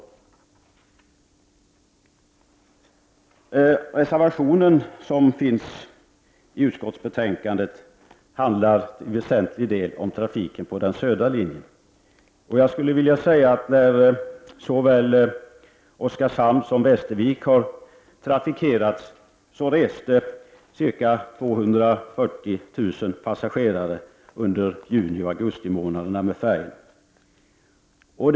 Den reservation som finns fogad till betänkandet under detta avsnitt handlar till väsentlig del om trafiken på den södra linjen. Under den tid då såväl Oskarshamn som Västervik trafikerades reste ca 240 000 passagerare under juli och augusti med färjorna.